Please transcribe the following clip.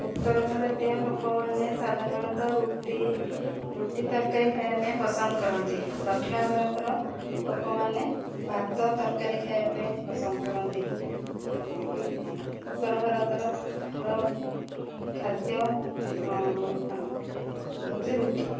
ଉତ୍ତର ଭାରତୀୟ ଲୋକମାନେ ସାଧାରଣତଃ ରୁଟି ରୁଟି ତରକାରୀ ଖାଇବା ପାଇଁ ପସନ୍ଦ କରନ୍ତି ଦକ୍ଷିଣ ଭାରତର ଲୋକମାନେ ଭାତ ତରକାରୀ ଖାଇବା ପାଇଁ ପସନ୍ଦ କରନ୍ତି ଉ ଉତ୍ତର ଭାରତର ଖାଦ୍ୟ ହେଉଛି ରୁଟି